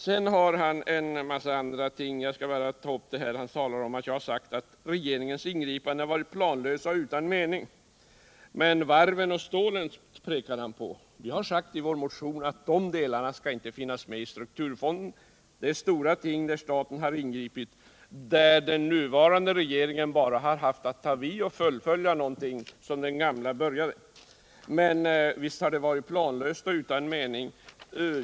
Jag skall ta upp Fritz Börjessons påstående att jag har sagt att regeringens ingripanden har varit planlösa och utan mening. Han pekade på varven och stålet. Vi har sagt i vår motion att de delarna inte skall finnas med i strukturfonden. Det har skett stora ting, där staten har ingripit och där den nuvarande regeringen bara har haft att ta vid och fullfölja någonting som den gamla regeringen påbörjade. Visst har det varit planlöst och utan mening.